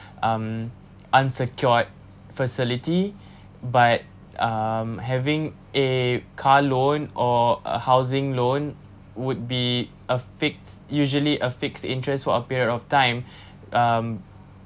um unsecured facility but um having a car loan or a housing loan would be a fix usually a fixed interest for a period of time um